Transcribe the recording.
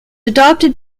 adopted